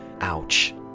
Ouch